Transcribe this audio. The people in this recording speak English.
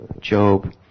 Job